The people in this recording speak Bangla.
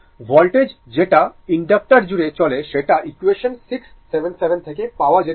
ভোল্টেজ যেটা ইনডাক্টর জুড়ে চলে সেটা ইকুয়েশন 6 77 থেকে পাওয়া যেতে পারে